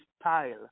style